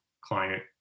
client